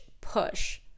push